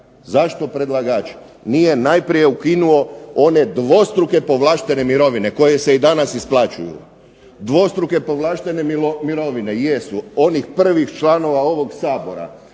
Zašto predlagač nije najprije ukinuo one dvostruke povlaštene mirovine, koje se i danas isplaćuju? Dvostruke povlaštene mirovine, jesu, onih prvih članova ovog Sabora